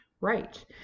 right